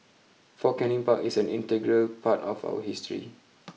Fort Canning Park is an integral part of our history